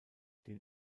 den